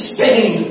Spain